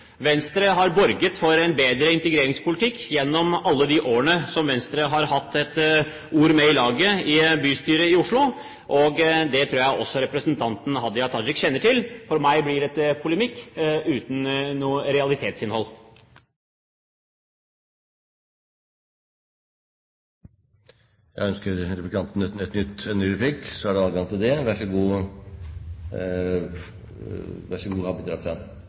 Venstre har borget for en bedre integreringspolitikk gjennom alle de årene som Venstre har hatt et ord med i laget i bystyret i Oslo. Det tror jeg også representanten Hadia Tajik kjenner til. For meg blir dette polemikk uten noe realitetsinnhold. Da er det neste replikant. Unnskyld! Ønsker representanten en ny replikk, er det adgang til det. Vær så god, Abid